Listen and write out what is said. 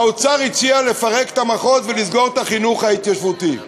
האוצר הציע לפרק את המחוז ולסגור את החינוך ההתיישבותי.